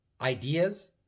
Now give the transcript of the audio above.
ideas